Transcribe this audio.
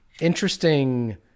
interesting